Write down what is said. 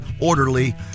orderly